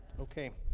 okay.